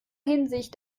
hinsicht